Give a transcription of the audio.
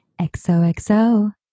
XOXO